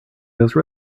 those